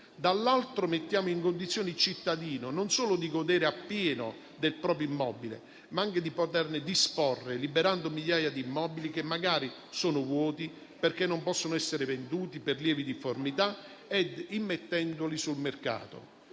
dall'altro lato, mettiamo in condizioni il cittadino non solo di godere appieno del proprio immobile, ma anche di poterne disporre liberando migliaia di immobili, che magari sono vuoti perché non possono essere venduti per lievi difformità, e immettendoli sul mercato.